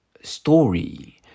story